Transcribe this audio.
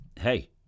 hey